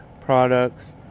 products